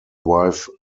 wife